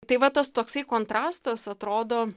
tai va tas toksai kontrastas atrodo